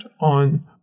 on